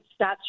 stats